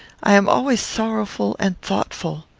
i am always sorrowful and thoughtful.